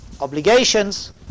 obligations